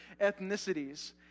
ethnicities